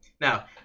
Now